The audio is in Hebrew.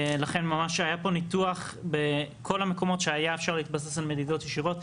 לכן ממש היה פה ניתוח בכל המקומות שהיה אפשר להתבסס על מדידות ישירות.